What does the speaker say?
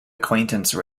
acquaintance